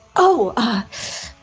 oh. ah.